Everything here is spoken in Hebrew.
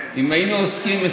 אם היינו עושים הסכם,